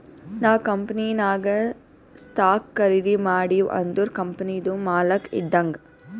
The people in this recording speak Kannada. ನಾವ್ ಕಂಪನಿನಾಗ್ ಸ್ಟಾಕ್ ಖರ್ದಿ ಮಾಡಿವ್ ಅಂದುರ್ ಕಂಪನಿದು ಮಾಲಕ್ ಇದ್ದಂಗ್